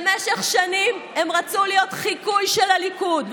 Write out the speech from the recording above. במשך שנים הם רצו להיות חיקוי של הליכוד,